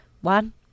One